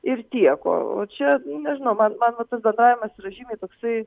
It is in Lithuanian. ir tiek o o čia nežinau man man va tas bendravimas yra žymiai toksai